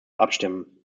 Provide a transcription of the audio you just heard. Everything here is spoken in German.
abstimmen